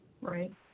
Right